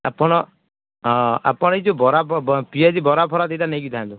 ଆପଣ ଆପଣ ଏ ଯେଉଁ ବରା ପିଆଜି ବରା ଫରା ଦୁଇଟା ନେଇକି ଯାଆନ୍ତୁ